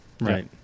Right